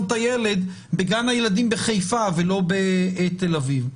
את הילד בגן הילדים בחיפה ולא בתל אביב.